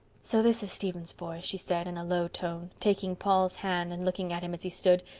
so this is stephen's boy, she said in a low tone, taking paul's hand and looking at him as he stood,